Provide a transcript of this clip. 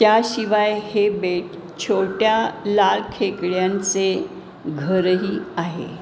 त्याशिवाय हे बेट छोट्या लाल खेकड्यांचे घरही आहे